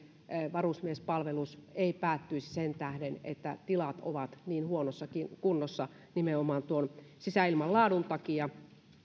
varusmiespalvelus ei päättyisi sen tähden että tilat ovat niin huonossa kunnossa nimenomaan sisäilmanlaadun takia